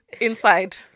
inside